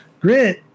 Grit